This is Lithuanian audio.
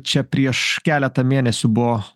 čia prieš keletą mėnesių buvo